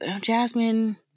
Jasmine